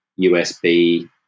USB